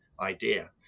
idea